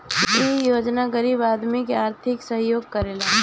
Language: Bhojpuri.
इ योजना गरीब आदमी के आर्थिक सहयोग करेला